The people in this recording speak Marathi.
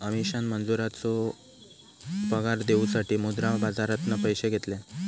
अमीषान मजुरांचो पगार देऊसाठी मुद्रा बाजारातना पैशे घेतल्यान